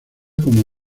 como